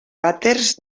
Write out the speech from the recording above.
vàters